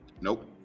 Nope